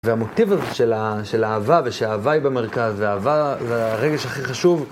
והמוטיב הזה של האהבה, ושהאהבה היא במרכז, והאהבה זה הרגש הכי חשוב.